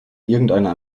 irgendeiner